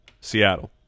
Seattle